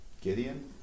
Gideon